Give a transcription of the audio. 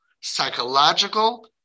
psychological